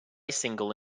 single